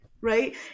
Right